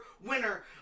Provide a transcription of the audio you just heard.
winner